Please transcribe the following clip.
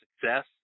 success